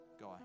guy